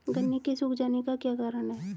गन्ने के सूख जाने का क्या कारण है?